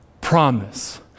promise